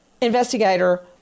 Investigator